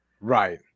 Right